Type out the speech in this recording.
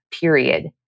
period